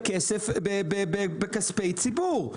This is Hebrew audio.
בכספי ציבור.